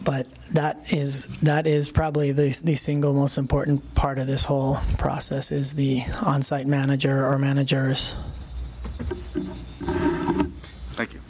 but that is that is probably the single most important part of this whole process is the onsite manager or managers